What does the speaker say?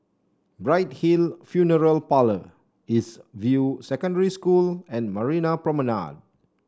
Bright Hill Funeral Parlour East View Secondary School and Marina Promenade